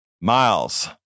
Miles